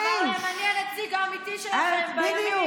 אמר להן: אני הנציג האמיתי שלכן בימין.